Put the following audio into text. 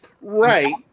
right